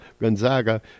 Gonzaga